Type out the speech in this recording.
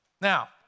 Now